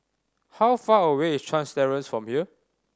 how far away is Chuan Terrace from here